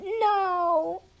no